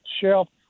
shell